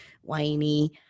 whiny